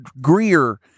Greer